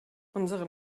unsere